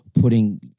putting